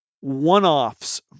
one-offs